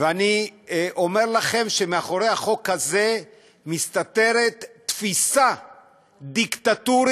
ואני אומר לכם שמאחורי החוק הזה מסתתרת תפיסה דיקטטורית,